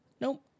Nope